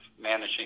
managing